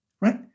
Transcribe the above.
right